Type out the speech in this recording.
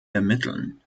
ermitteln